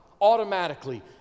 automatically